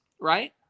right